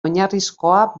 oinarrizkoa